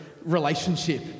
Relationship